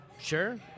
Sure